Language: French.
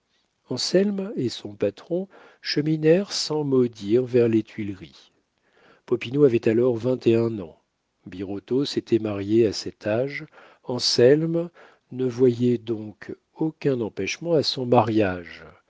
birotteau anselme et son patron cheminèrent sans mot dire vers les tuileries popinot avait alors vingt et un ans birotteau s'était marié à cet âge anselme ne voyait donc aucun empêchement à son mariage